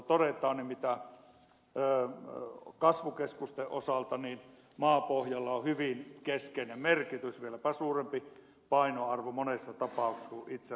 niin kuin perusteluissa todetaan kasvukeskusten osalta maapohjalla on hyvin keskeinen merkitys vieläpä suurempi painoarvo monessa tapauksessa kuin itse rakennuksella